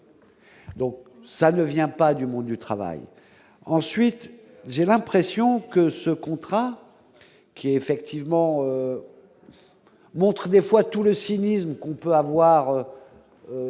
Donc ça ne vient pas du monde du travail ensuite, j'ai l'impression que ce contrat qui effectivement montré des fois tout le cynisme qu'on peut avoir